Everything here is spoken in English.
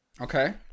Okay